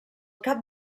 cap